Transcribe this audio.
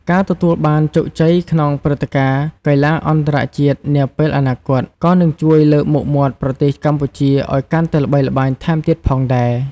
ការទទួលបានជោគជ័យក្នុងព្រឹត្តិការណ៍កីឡាអន្តរជាតិនាពេលអនាគត ក៏នឹងជួយលើកមុខមាត់ប្រទេសកម្ពុជាឱ្យកាន់តែល្បីល្បាញថែមទៀតផងដែរ។